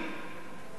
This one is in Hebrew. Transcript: האמיתית.